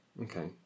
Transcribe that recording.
Okay